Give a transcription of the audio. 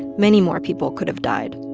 many more people could have died.